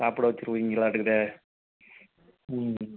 சாப்பிட வச்சுருவீங்களான்ட்டுருக்குதே ம் ம்